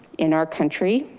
in our country,